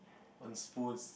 on spoons